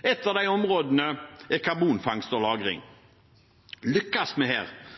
Ett av disse områdene er karbonfangst og -lagring. Lykkes vi her,